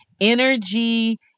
energy